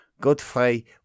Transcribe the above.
Godfrey